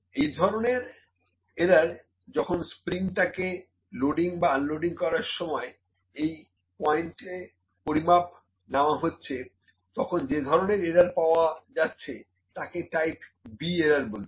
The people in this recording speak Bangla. এই ধরনের এরার যখন স্প্রিং টাকে লোডিং বা আনলোডিং করার সময় এই পয়েন্টে পরিমাপ নেওয়া হচ্ছে তখন যে ধরনের এরার পাওয়া যাচ্ছে তাকে টাইপ B এরার বলছি